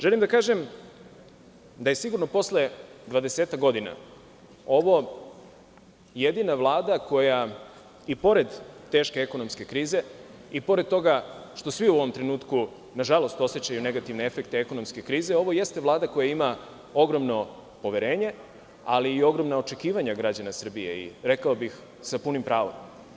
Želim da kažem da je sigurno posle 20-ak godina ovo jedina Vlada koja, i pored teške ekonomske krize, i pored toga što svi u ovom trenutku, nažalost, osećaju negativne efekte ekonomske krize, ima ogromno poverenje, ali i ogromna očekivanja građana Srbije i, rekao bih, sa punim pravom.